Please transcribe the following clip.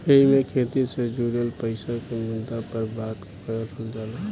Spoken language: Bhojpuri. एईमे खेती से जुड़ल पईसा के मुद्दा पर बात करल जाला